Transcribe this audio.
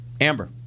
Amber